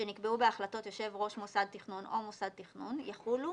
שנקבעו בהחלטות יושב ראש מוסד תכנון או מוסד תכנון יחולו